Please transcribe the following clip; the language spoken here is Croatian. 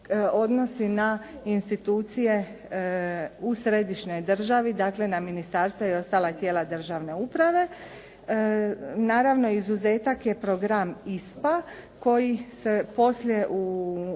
na institucije u središnjoj dravi, dakle, na ministarstva i ostala tijela državne uprave. Naravno izuzetak je program ISPA koji se poslije u